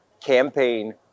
campaign